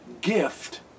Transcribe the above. gift